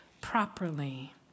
properly